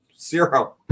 zero